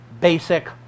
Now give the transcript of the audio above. basic